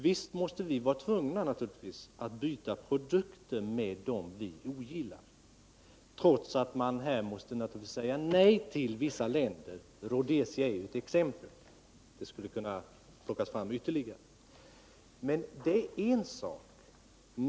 Visst är vi tvungna att byta produkter med dem som vi ogillar, trots att man givetvis måste säga nej till vissa länder. Rhodesia är ett exempel på ett sådant land och det skulle kunna nämnas fler. Detta är en sak.